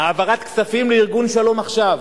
העברת כספים לארגון "שלום עכשיו".